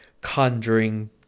conjuring